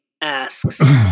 Asks